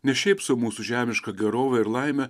ne šiaip sau mūsų žemiška gerove ir laime